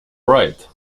right